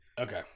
okay